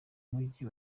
mujyi